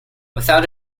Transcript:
without